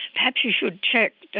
perhaps you should check, ah